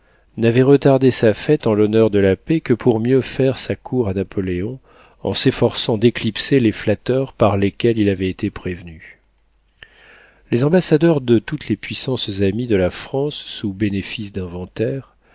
n'avait retardé sa fête en l'honneur de la paix que pour mieux faire sa cour à napoléon en s'efforçant d'éclipser les flatteurs par lesquels il avait été prévenu les ambassadeurs de toutes les puissances amies de la france sous bénéfice d'inventaire